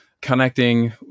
connecting